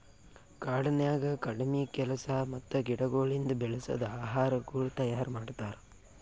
ಕಾಡನ್ಯಾಗ ಕಡಿಮಿ ಕೆಲಸ ಮತ್ತ ಗಿಡಗೊಳಿಂದ್ ಬೆಳಸದ್ ಆಹಾರಗೊಳ್ ತೈಯಾರ್ ಮಾಡ್ತಾರ್